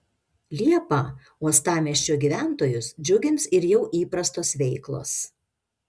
liepą uostamiesčio gyventojus džiugins ir jau įprastos veiklos